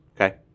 okay